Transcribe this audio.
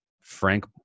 Frank